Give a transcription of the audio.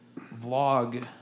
vlog